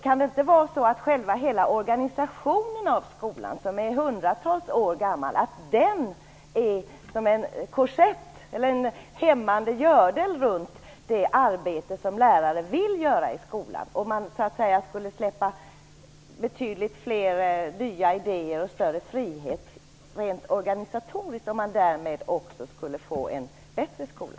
Kan det inte vara så att hela organisationen av skolan, som är hundratals år gammal, är som en korsett, en hämmande gördel, runt det arbete som lärare vill utföra i skolan? Om man skulle släppa betydligt fler nya idéer och tillåta större frihet rent organisatoriskt, skulle man därmed kanske få en bättre skola?